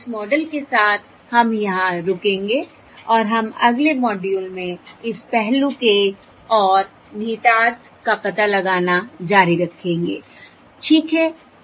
तो इस मॉडल के साथ हम यहां रुकेंगे और हम अगले मॉड्यूल में इस पहलू के और निहितार्थ का पता लगाना जारी रखेंगे ठीक है